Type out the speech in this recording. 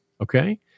okay